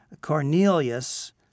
Cornelius